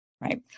right